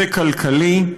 זה כלכלי,